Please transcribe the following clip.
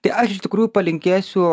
tai aš iš tikrųjų palinkėsiu